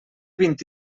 vint